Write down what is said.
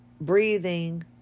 breathing